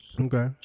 Okay